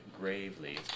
gravely